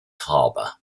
harbour